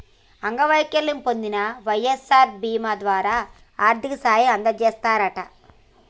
అంగవైకల్యం పొందిన వై.ఎస్.ఆర్ బీమా ద్వారా ఆర్థిక సాయం అందజేస్తారట